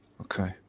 Okay